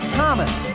Thomas